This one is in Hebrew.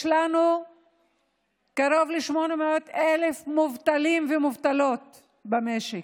יש לנו קרוב ל-800,000 מובטלים ומובטלות במשק.